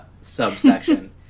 subsection